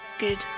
good